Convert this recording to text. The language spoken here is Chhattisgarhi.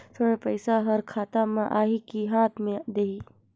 ऋण पइसा हर खाता मे आही की हाथ मे देही?